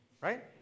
right